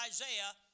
Isaiah